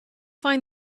find